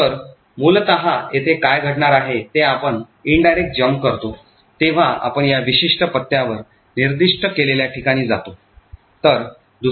तर मूलत येथे काय घडणार आहे ते आपण indirect jump करतो तेव्हा आपण या विशिष्ट पत्त्यावर निर्दिष्ट केलेल्या ठिकाणी जातो